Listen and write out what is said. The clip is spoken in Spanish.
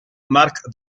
marc